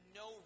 no